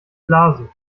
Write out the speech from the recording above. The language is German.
blasen